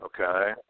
Okay